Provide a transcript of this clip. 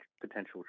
potential